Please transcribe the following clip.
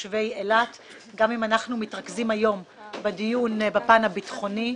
גם אם אנחנו מתרכזים היום בדיון בפן הביטחוני,